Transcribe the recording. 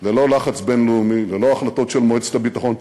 ללא לחץ בין-לאומי, ללא החלטות של מועצת הביטחון.